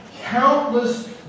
countless